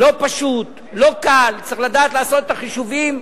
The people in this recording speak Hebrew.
לא פשוט, לא קל, צריך לדעת לעשות את החישובים,